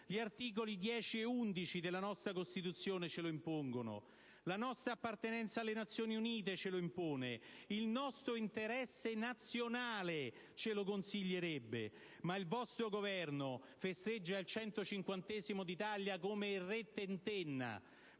Gli articoli 10 ed 11 della nostra Costituzione ce lo impongono; la nostra appartenenza alle Nazioni Unite ce lo impone; il nostro interesse nazionale ce lo consiglierebbe. Tuttavia, il vostro Governo festeggia il centocinquantenario d'Italia come il "re tentenna":